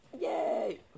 Yay